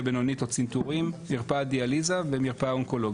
בינונית או צנתורים; מרפאת דיאליזה; מרפאה אונקולוגית.